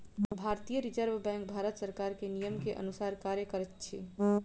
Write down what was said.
भारतीय reserve bank Bharat सरकार के नियम के अनुसार कार्य करैत अछि